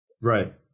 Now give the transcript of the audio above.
Right